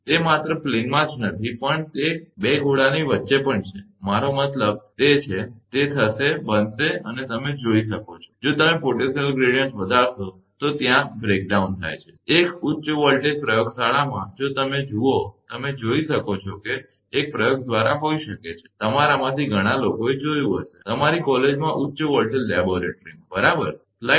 તે માત્ર પ્લેનમાં જ નથી પણ તે 2 ગોળાની વચ્ચે પણ છે મારો મતલબ તે જે છે તે થશે બનશે અને તમે જોઈ શકો છો જો તમે પોટેન્શિયલ ગ્રેડીયંટ વધારશો તો ત્યાં ભંગાણ થાય છે એક ઉચ્ચ વોલ્ટેજ પ્રયોગશાળામાં જો તમે જુઓ તમે જોઈ શકો છો કે એક પ્રયોગ દ્વારા હોઈ શકે છે તમારામાંથી ઘણા લોકોએ જોયું હશે તમારી કોલેજમાં ઉચ્ચ વોલ્ટેજ લેબોરેટરીમાં બરાબર